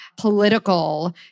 political